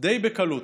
די בקלות.